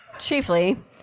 Chiefly